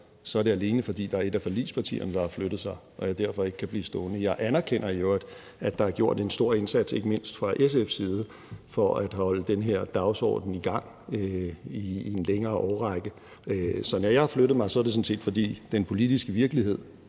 går, er det, alene fordi der er et af forligspartierne, der har flyttet sig, og derfor kan jeg ikke blive stående. Jeg anerkender i øvrigt, at der er gjort en stor indsats ikke mindst fra SF's side for at holde den her dagsorden i gang i en længere årrække. Så når jeg har flyttet mig, er det sådan set, fordi den politiske virkelighed